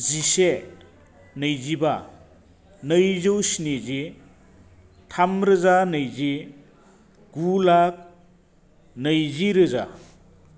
जिसे नैजिबा नैजौ स्निजि थामरोजा नैजि गु लाख नैजिरोजा